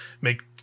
make